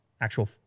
actual